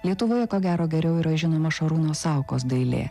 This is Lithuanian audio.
lietuvoje ko gero geriau yra žinoma šarūno saukos dailė